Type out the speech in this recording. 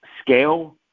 scale